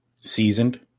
seasoned